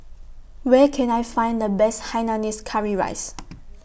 Where Can I Find The Best Hainanese Curry Rice